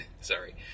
sorry